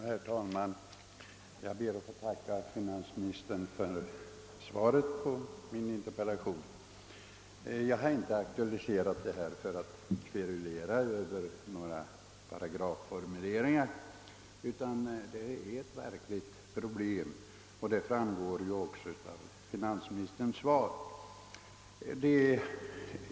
Herr talman! Jag ber att få tacka fi nansministern för svaret på min interpellation. Jag har inte aktualiserat frågan för att kverulera över några paragrafformuleringar utan för att försöka få en lösning på ett problem — att det verkligen är fråga om ett problem bekräftas i finansministerns svar.